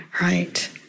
right